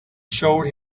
showed